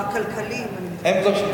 הכלכליים, אני מדברת.